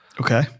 Okay